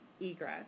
egress